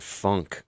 funk